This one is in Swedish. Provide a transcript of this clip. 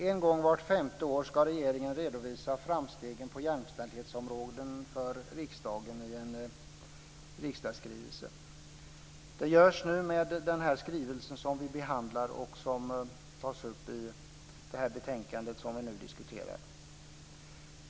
En gång vart femte år ska regeringen redovisa framstegen på jämställdhetsområdet för riksdagen i en riksdagsskrivelse. Detta görs nu med den skrivelse som vi behandlar och som tas upp i det betänkande som vi nu diskuterar.